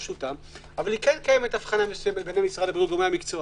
אבל קיימת הבחנה מסוימת בין משרד הבריאות לגורמי המקצוע